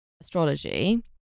astrology